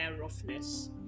roughness